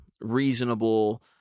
reasonable